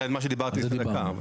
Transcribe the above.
זה מה שדיברתי לפני דקה.